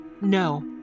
no